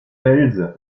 welse